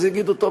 ואז יגידו: טוב,